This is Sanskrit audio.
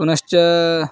पुनश्च